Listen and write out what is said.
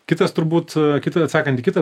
kitas turbūt a kitą atsakant į kitą